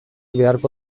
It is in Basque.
beharko